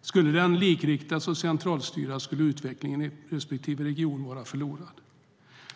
Skulle den delen likriktas och centralstyras skulle utvecklingen i respektive region vara förloraren.